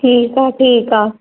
ठीकु आहे ठीकु आहे